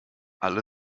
alle